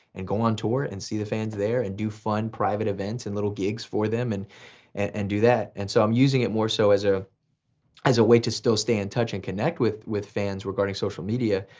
and go on tour, and see the fans there, and do fun private events and little gigs for them, and and do that. and so i'm using it more so as ah as a way to still stay in touch and connect with with fans regarding social media,